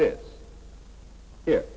this here